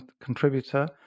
contributor